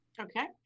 Okay